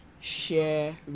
share